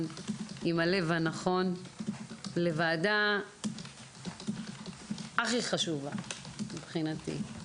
עם הלב הנכון בוועדה הכי חשובה מבחינתי.